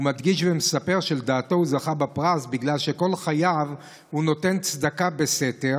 הוא מדגיש ומספר שלדעתו הוא זכה בפרס בגלל שכל חייו הוא נותן צדקה בסתר,